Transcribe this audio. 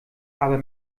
aber